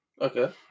Okay